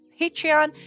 Patreon